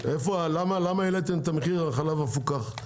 למה העליתם את מחיר החלב המפוקח?